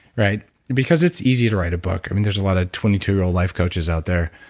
right? because it's easy to write a book. i mean there's a lot of twenty two year old life coaches out there,